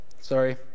Sorry